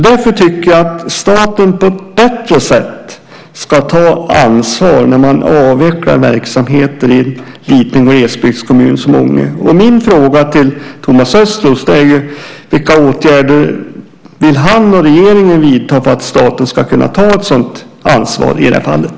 Därför tycker jag att staten på ett bättre sätt ska ta ansvar när man avvecklar verksamheter i en liten glesbygdskommun som Ånge. Min fråga till Thomas Östros är: Vilka åtgärder vill Thomas Östros och regeringen vidta för att staten ska kunna ta ett sådant ansvar i det här fallet?